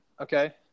Okay